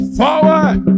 forward